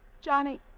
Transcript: Johnny